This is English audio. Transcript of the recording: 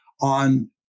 on